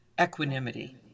equanimity